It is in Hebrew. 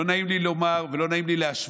לא נעים לי לומר ולא נעים לי להשוות.